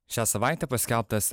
šią savaitę paskelbtas